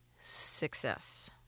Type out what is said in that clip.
success